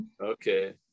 okay